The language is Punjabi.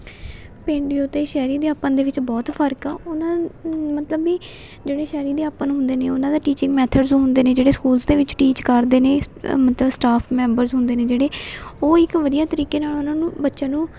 ਪੇਂਡੂ ਅਤੇ ਸ਼ਹਿਰੀ ਅਧਿਆਪਨ ਦੇ ਵਿੱਚ ਬਹੁਤ ਫਰਕ ਆ ਉਹਨਾਂ ਮਤਲਬ ਵੀ ਜਿਹੜੇ ਸ਼ਹਿਰੀ ਅਧਿਆਪਨ ਹੁੰਦੇ ਨੇ ਉਹਨਾਂ ਦਾ ਟੀਚਿੰਗ ਮੈਥਡਸ ਹੁੰਦੇ ਨੇ ਜਿਹੜੇ ਸਕੂਲਸ ਦੇ ਵਿੱਚ ਟੀਚ ਕਰਦੇ ਨੇ ਮਤਲਬ ਸਟਾਫ ਮੈਂਬਰਸ ਹੁੰਦੇ ਨੇ ਜਿਹੜੇ ਉਹ ਇੱਕ ਵਧੀਆ ਤਰੀਕੇ ਨਾਲ ਉਹਨਾਂ ਨੂੰ ਬੱਚਿਆਂ ਨੂੰ